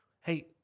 Hey